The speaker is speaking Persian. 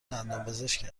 دندانپزشک